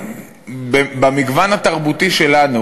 במגוון התרבותי שלנו,